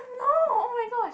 no oh my gosh